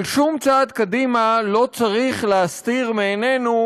אבל שום צעד קדימה לא צריך להסתיר מעינינו